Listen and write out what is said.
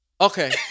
okay